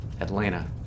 Atlanta